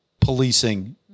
policing